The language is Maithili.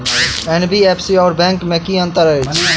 एन.बी.एफ.सी आओर बैंक मे की अंतर अछि?